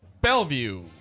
Bellevue